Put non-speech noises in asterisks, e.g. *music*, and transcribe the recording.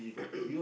*coughs*